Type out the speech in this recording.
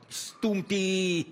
stumti į